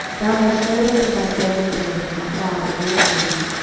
thou hast shewed unto thy servant david my father great mercy,